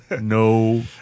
No